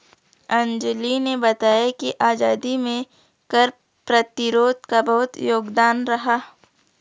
अंजली ने बताया कि आजादी में कर प्रतिरोध का बहुत योगदान रहा